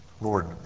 Lord